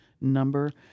number